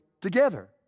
together